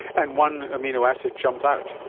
and one amino acid jumped out.